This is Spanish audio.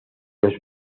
los